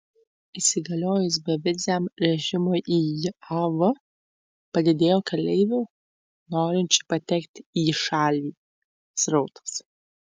įsigaliojus beviziam režimui į jav padidėjo keleivių norinčių patekti į šalį srautas